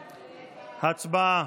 2022. הצבעה.